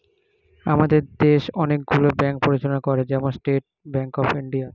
আমাদের দেশ অনেক গুলো ব্যাঙ্ক পরিচালনা করে, যেমন স্টেট ব্যাঙ্ক অফ ইন্ডিয়া